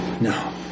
No